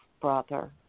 brother